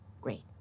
Great